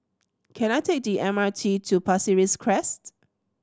can I take the M R T to Pasir Ris Crest